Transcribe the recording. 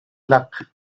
luck